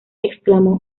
exclamó